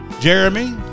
Jeremy